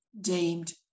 deemed